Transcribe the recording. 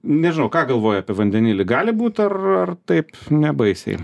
nežinau ką galvoji apie vandenilį gali būt ar ar taip nebaisiai